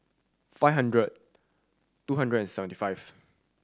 five hundred two hundred and seventy five